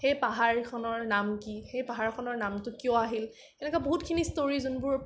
সেই পাহাৰখনৰ নাম কি সেই পাহাৰখনৰ নামটো কিয় আহিল সেনেকুৱা বহুতখিনি ষ্টৰি যোনবোৰ